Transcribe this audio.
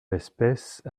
l’espèce